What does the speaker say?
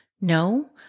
no